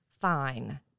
fine